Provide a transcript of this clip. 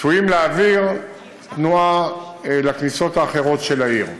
צפויים להעביר תנועה לכניסות האחרות של העיר,